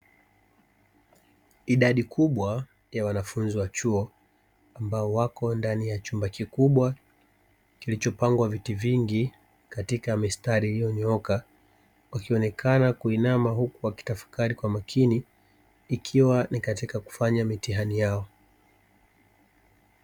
Idadi kubwa ya wanafuzi wa chuo ambao wako ndani chumba kikubwa kilichopangwa viti vingi katika mistari iliyonyooka, wakionekana kuinama huku wakitafakari kwa makini ikiwa ni katika kufanya mitihani yao.